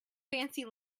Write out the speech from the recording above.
fancy